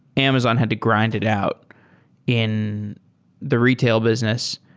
amazon had to grind it out in the retail business.